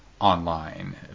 online